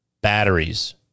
batteries